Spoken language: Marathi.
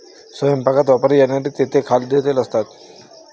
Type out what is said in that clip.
स्वयंपाकात वापरली जाणारी तेले खाद्यतेल असतात